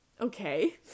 Okay